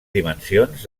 dimensions